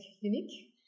unique